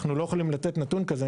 אנחנו לא יכולים לתת נתון כזה,